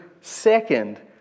second